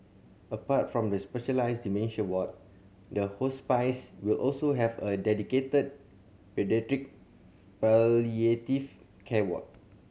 apart from the specialised dementia ward the will also have a dedicated palliative care ward